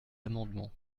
amendement